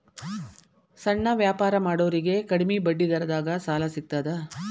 ಸಣ್ಣ ವ್ಯಾಪಾರ ಮಾಡೋರಿಗೆ ಕಡಿಮಿ ಬಡ್ಡಿ ದರದಾಗ್ ಸಾಲಾ ಸಿಗ್ತದಾ?